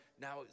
now